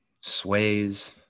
sways